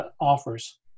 offers